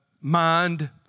mind